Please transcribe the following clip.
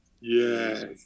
Yes